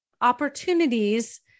opportunities